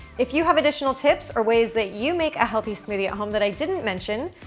if you have additional tips or ways that you make a healthy smoothie at home that i didn't mention,